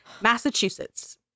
massachusetts